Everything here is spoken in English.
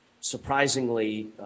surprisingly